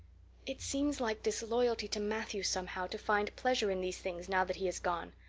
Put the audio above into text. it seems like disloyalty to matthew, somehow, to find pleasure in these things now that he has gone,